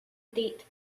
date